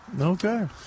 Okay